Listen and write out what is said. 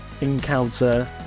encounter